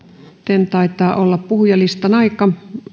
sitten taitaa olla puhujalistan aika